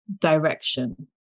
direction